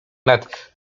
nad